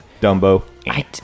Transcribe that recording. Dumbo